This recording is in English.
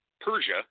Persia